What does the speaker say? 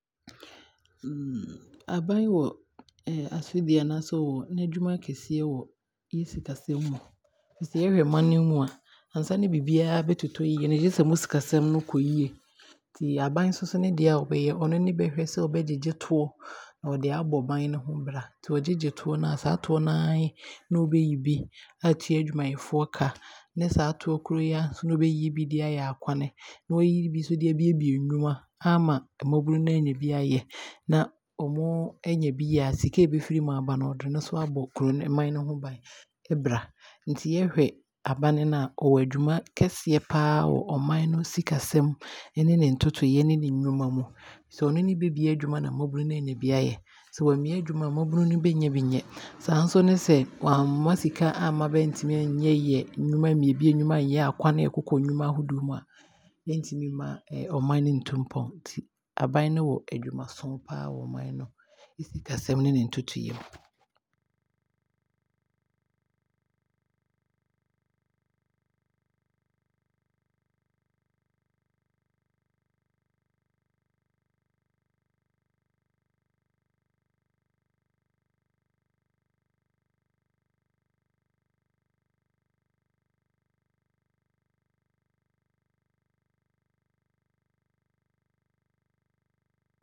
Aban wɔ asodie anaasɛ n'adwuma keseɛ wɔ yɛn sikasɛm mu. Ɛfisɛ yɛhwɛ mane yi mu a, ansaa na biribiaa bɛtotɔ yie no gyesɛ mo sikasɛm no kɔ yie, nti abane no deɛ a ɔbɛyɛ no, ɔno ne bɛhwɛ sɛ ɔbɛgyegye toɔ na ɔde aabɔ ɔnane no ho bra. Nti ɔgyegye toɔ no a, saa toɔ na aa he ne ɔbɛyi bi aatua adwumayɛfoɔ ka, ne saa toɔ korɔ yi aa ne ɔbɛyi bi de aayɛ akwane, ne waayi bi nso de abue bue nnwuma aama mmabunu no aanya bi aayɛ, ne ɔmo nya bi yɛ a sika a ɛbɛfiri mu aba no, bɛde ɛno nso aabɔ kuro no mane no ho bane, ɛbra. Nti yɛhwɛ abane no a, ɔwɔ adwuma keseɛ paa wɔ ɔman no sikasɛm ɛne ne ntotoeɛ ne ne nnwuma mu. Ɛfisɛ ɔno ne bɛbue adwuma na mmabunu nu aanya bi aayɛ, sɛ wammue nnwuma a, mmabunu no bɛnnya bi nnyɛ, saa nso ne sɛ wamma sika amma bɛantumi annyeyɛ yeyɛ ammue bue nnwuma annyeyɛ akwane ne a akokɔ nnwuma ahodoɔ mu a, ɛntumi mma ɔmane no ɛntu mpɔne. Nti abane no wɔ adwuma sɔnn paa wɔ ɔman no sikasɛm ne ne ntotoeɛ mu.